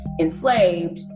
enslaved